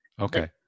Okay